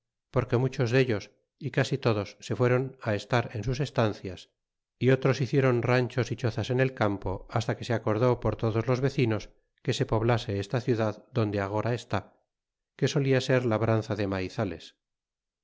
porque muchos dellos y casi todos se fueron estar en sus estancias y otros hicieron ranchos y chozas en el campo hasta que se acordó p or todos los vecinos que se poblase esta ciudad donde agora está que solia ser labranza de maizales